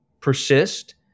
persist